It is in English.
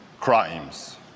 crimes